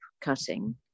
cutting